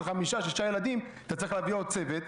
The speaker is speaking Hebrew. חמישה-שישה ילדים אתה צריך להביא עוד צוות,